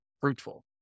fruitful